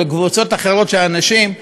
וקבוצות אחרות של אנשים,